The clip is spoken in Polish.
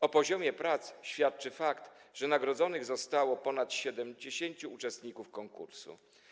O poziomie prac świadczy fakt, że nagrodzonych zostało ponad 70 uczestników konkursu.